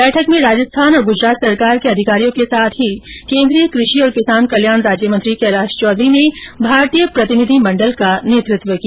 बैठक में राजस्थान और गुजरात सरकार के अधिकारियों के साथ ही केन्द्रीय कृषि और किसान कल्याण राज्यमंत्री कैलाश चौधरी ने भारतीय प्रतिनिधि मण्डल का नेतृत्व किया